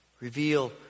Reveal